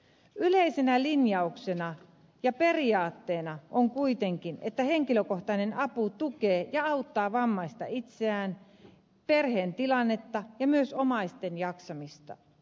yleisenä linjauksena ja periaatteena on kuitenkin että henkilökohtainen apu tukee ja auttaa vammaista itseään perheen tilannetta ja myös omaisten jaksamista